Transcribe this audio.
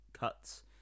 cuts